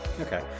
okay